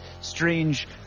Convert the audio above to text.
strange